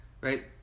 right